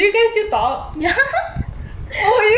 ya